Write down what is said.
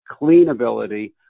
cleanability